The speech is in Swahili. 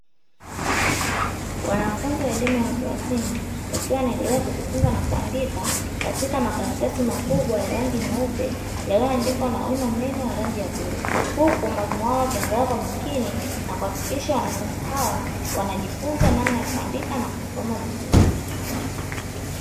Wanafunzi wa elimu ya watu wazima, wakiwa wanaendelea kujifunza na kuandika katika makaratasi makubwa ya rangi nyeupe, yaliyoandikwa na wino mnene wa rangi ya bluu. Huku mwalimu wao akiangalia kwa makini na kuhakikisha wanafunzi hawa wanajifunza namna ya kuandika na kusoma vizuri.